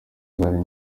zari